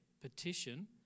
petition